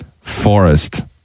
Forest